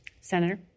Senator